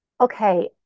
okay